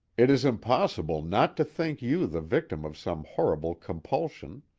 it is impossible not to think you the victim of some horrible compulsion.